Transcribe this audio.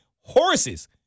Horses